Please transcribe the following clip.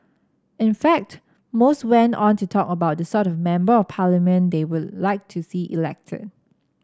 in fact most went on to talk about the sort of Member of Parliament they would like to see elected